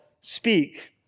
speak